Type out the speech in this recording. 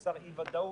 מה שיצר אי ודאות.